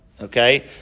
Okay